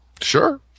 Sure